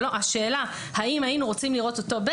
השאלה האם היינו רוצים לראות אותו,